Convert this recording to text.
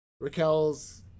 raquel's